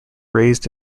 raised